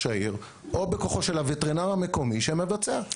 העיר או בכוחו של הווטרינר המקומי שמבצע.